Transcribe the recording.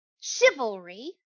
Chivalry